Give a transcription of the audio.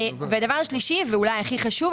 הדבר השלישי ואולי הכי חשוב,